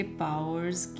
powers